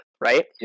right